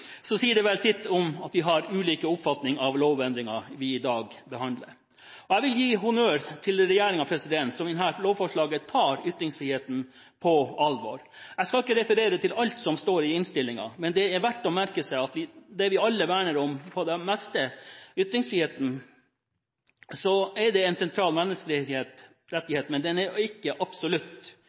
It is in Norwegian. sitt om at vi har ulike oppfatninger om lovendringen vi i dag behandler. Jeg vil gi honnør til regjeringen, som i dette lovforslaget tar ytringsfriheten på alvor. Jeg skal ikke referere til alt som står i innstillingen, men det er verdt å merke seg at det vi alle verner så sterkt om – ytringsfriheten – er en sentral, men ikke absolutt menneskerettighet. Ytringsfriheten kan bl.a. begrenses av hensyn til andres rettigheter. Opphavsrett og andre rettigheter etter åndsverkloven er